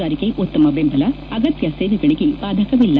ಜಾರಿಗೆ ಉತ್ತಮ ಬೆಂಬಲ ಅಗತ್ಯ ಸೇವೆಗಳಿಗೆ ಭಾದಕವಿಲ್ಲ